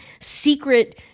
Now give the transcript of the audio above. secret